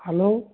hello